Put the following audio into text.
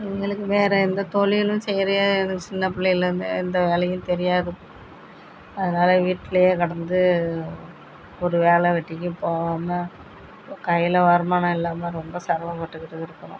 எங்களுக்கு வேறு எந்த தொழிலும் செய்ய தெரியாது எனக்கு சின்ன பிள்ளையிலேருந்தே எந்த வேலையும் தெரியாது அதனால வீட்டுலேயே கிடந்து ஒரு வேலை வெட்டிக்கு போகாம இப்போ கையில் வருமானம் இல்லாமல் ரொம்ப சிரமப்பட்டுக்கிட்டு இருக்கிறோம்